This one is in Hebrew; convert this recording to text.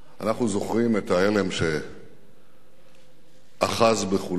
אנחנו זוכרים את ההלם שאחז בכולנו